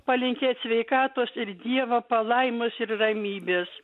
palinkėt sveikatos ir dievo palaimos ir ramybės